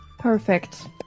perfect